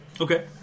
okay